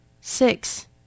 Six